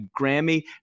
Grammy